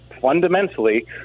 fundamentally